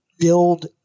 build